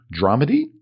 dramedy